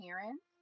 parents